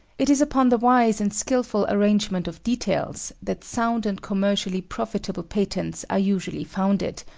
it is upon the wise and skilful arrangement of details that sound and commercially profitable patents are usually founded,